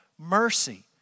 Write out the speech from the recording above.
mercy